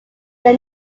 they